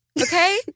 okay